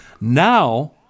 Now